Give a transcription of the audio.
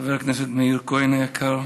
חבר הכנסת מאיר כהן היקר,